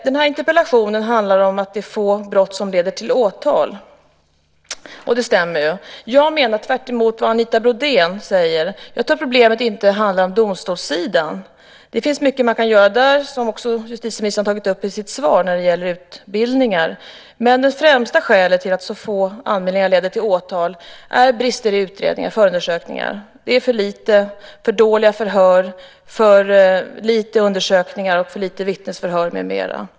Den här interpellationen handlar om att det är få brott som leder till åtal. Det stämmer ju. Jag tror, tvärtemot vad Anita Brodén säger, inte att problemet handlar om domstolssidan. Det finns mycket man kan göra där, som också justitieministern har tagit upp i sitt svar bland annat när det gäller utbildningar. Men det främsta skälet till att så få anmälningar leder till åtal är brister i utredningar, förundersökningar. Det är för dåliga förhör, för lite undersökningar, för lite vittnesförhör med mera.